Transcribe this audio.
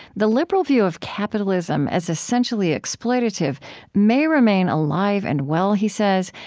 the liberal view of capitalism as essentially exploitative may remain alive and well, he says,